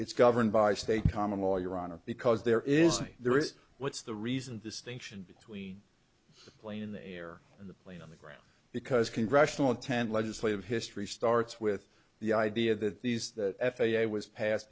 it's governed by state common will your honor because there is there is what's the reason distinction between the plane in the air and the plane on the ground because congressional intent legislative history starts with the idea that these the f a a was pas